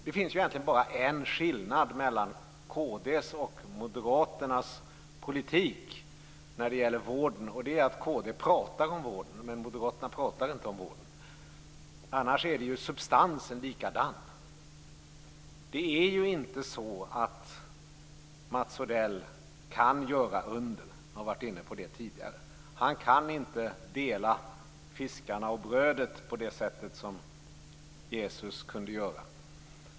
Det finns egentligen bara en skillnad mellan kd:s och Moderaternas politik när det gäller vården, och det är att kd talar om vården medan Moderaterna inte talar om vården. Annars är substansen likadan. Det är inte så att Mats Odell kan göra under. Jag har varit inne på det tidigare. Han kan inte dela fiskarna och brödet på det sättet som Jesus kunde göra.